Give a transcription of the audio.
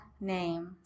name